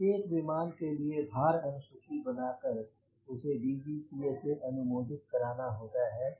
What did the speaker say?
प्रत्येक विमान के लिए भार अनु सूची बना कर उसे DGCA से अनुमोदित करना होता है